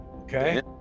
Okay